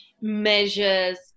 measures